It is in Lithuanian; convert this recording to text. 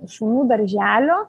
šunų darželio